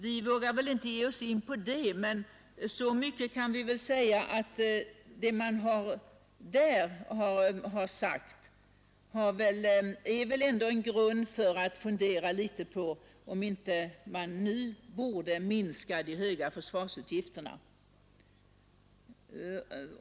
Vi vågar väl inte ges oss in på det, men så mycket kan vi väl säga att det som därvidlag har sagts är en grund för funderingar på att minska de höga försvarsutgifterna.